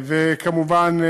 כמובן,